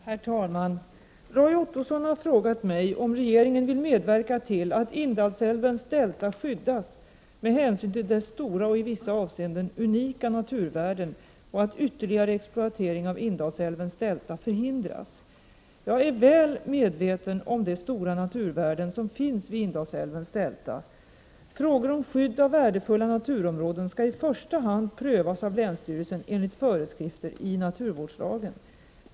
Herr talman! Roy Ottosson har frågat mig om regeringen vill medverka till att Indalsälvens delta skyddas med hänsyn till dess stora och i vissa avseenden unika naturvärden och att ytterligare exploatering av Indalsälvens delta förhindras. Jag är väl medveten om de stora naturvärden som finns vid Indalsälvens delta. Frågor om skydd av värdefulla naturområden skall i första hand prövas av länsstyrelsen enligt föreskrifter i naturvårdslagen.